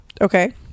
Okay